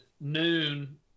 noon